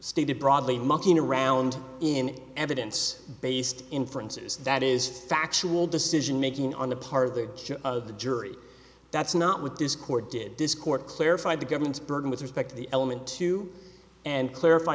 stated broadly mucking around in evidence based inferences that is factual decision making on the part of the of the jury that's not what this court did this court clarified the government's burden with respect to the element to and clarify